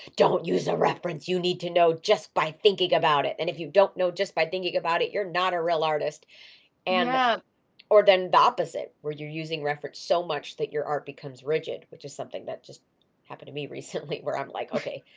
don't use a reference. you need to know just by thinking about it and if you don't know just by thinking about it, you're not a real artist and or then the opposite where you're using reference so much that your art becomes rigid, which is something that just happened to me recently where i'm like, okay.